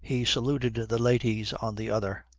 he saluted the ladies on the other,